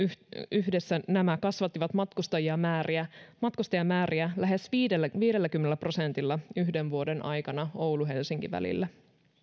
ansiosta nämä yhdessä kasvattivat matkustajamääriä matkustajamääriä lähes viidelläkymmenellä prosentilla yhden vuoden aikana oulu helsinki välillä